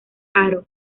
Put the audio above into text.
haro